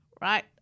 right